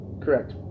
correct